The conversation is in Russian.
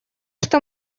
что